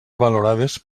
valorades